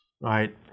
right